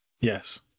Yes